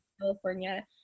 California